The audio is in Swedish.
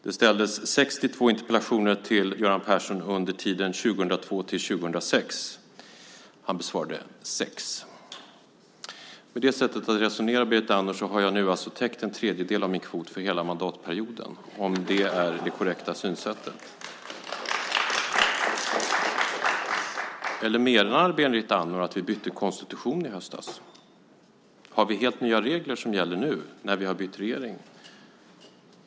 Det ställdes 62 interpellationer till Göran Persson under tiden 2002-2006. Han besvarade sex. Med det sättet att resonera, Berit Andnor, har jag nu alltså täckt en tredjedel av min kvot för hela mandatperioden, om det är det korrekta synsättet. Eller menar Berit Andnor att vi bytte konstitution i höstas? Har vi helt nya regler som gäller nu när vi har bytt regering?